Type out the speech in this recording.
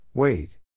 Wait